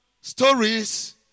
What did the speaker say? stories